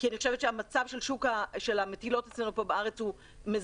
כי אני חושבת שהמצב של המטילות אצלנו פה בארץ הוא מזעזע,